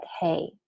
Hey